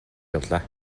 явлаа